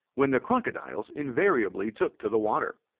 when the crocodiles invariably took to the water.